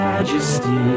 Majesty